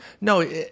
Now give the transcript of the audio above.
No